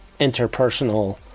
interpersonal